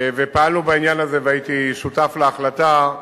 ופעלנו בעניין הזה והייתי שותף להחלטה,